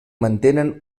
mantenen